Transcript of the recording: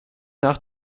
nach